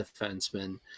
defenseman